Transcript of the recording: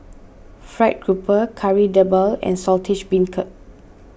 Fried Grouper Kari Debal and Saltish Beancurd